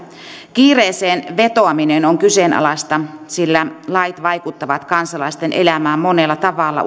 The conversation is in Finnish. kiireeseen vetoaminen on kyseenalaista sillä lait vaikuttavat kansalaisten elämään monella tavalla